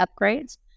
upgrades